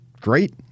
great